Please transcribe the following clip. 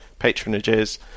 patronages